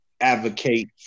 advocate